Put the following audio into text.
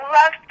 love